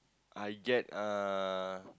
I get uh